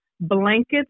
blankets